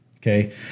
Okay